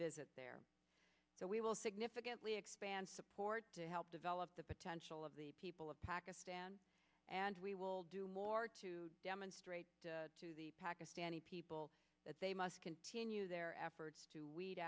visit there so we will significantly expand support to help develop the potential of the people of pakistan and we will do more to demonstrate to the pakistani people that they must continue their efforts to weed